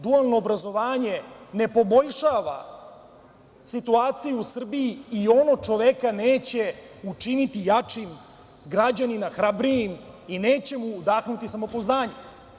Dualno obrazovanje ne poboljšava situaciju u Srbiji i ono čoveka neće učiniti jačim građaninom, hrabrijim i neće mu udahnuti samopouzdanje.